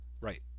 Right